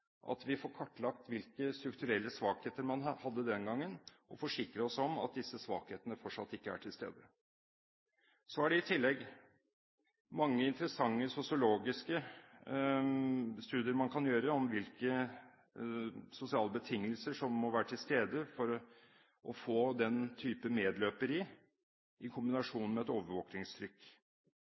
at vi får kartlagt hvilke strukturelle svakheter man hadde den gangen, og forsikre oss om at disse svakhetene fortsatt ikke er til stede. Så er det i tillegg mange interessante sosiologiske studier man kan gjøre av hvilke sosiale betingelser som må være til stede for å få den type medløperi i kombinasjon med et